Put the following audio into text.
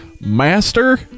Master